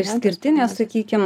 išskirtinė sakykim